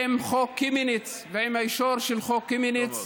עם חוק קמיניץ ועם האישור של חוק קמיניץ,